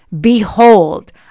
behold